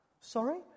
Sorry